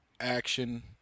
action